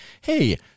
Hey